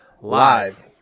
live